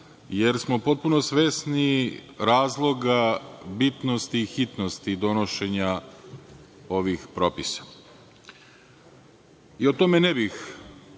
jer smo potpuno svesni razloga bitnosti i hitnosti donošenja ovih propisa. O tome ne bih